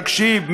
תקשיב,